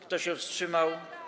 Kto się wstrzymał?